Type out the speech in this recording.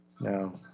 No